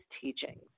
teachings